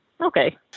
okay